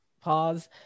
pause